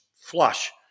flush